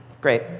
Great